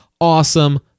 awesome